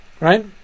right